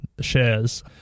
shares